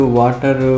water